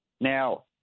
Now